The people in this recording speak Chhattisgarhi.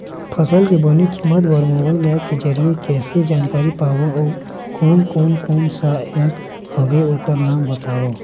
फसल के बने कीमत बर मोबाइल ऐप के जरिए कैसे जानकारी पाबो अउ कोन कौन कोन सा ऐप हवे ओकर नाम बताव?